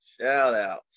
Shoutouts